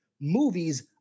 movies